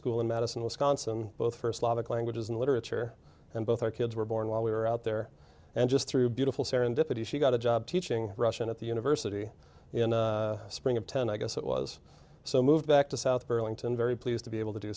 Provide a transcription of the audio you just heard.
school in madison wisconsin both first slavic languages and literature and both our kids were born while we were out there and just through beautiful serendipity she got a job teaching russian at the university in the spring of ten i guess it was so moved back to south burlington very pleased to be able to do